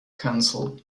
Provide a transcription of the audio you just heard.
council